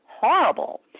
horrible